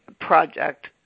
project